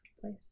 place